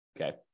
okay